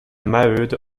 maheude